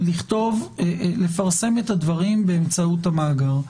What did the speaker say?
לפרסם את הדברים באמצעות המאגר.